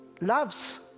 loves